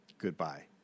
Goodbye